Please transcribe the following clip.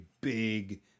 big